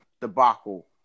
debacle